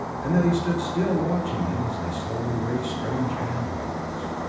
and that he stood still watching them as they slowly raised strange hand weapons.